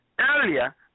earlier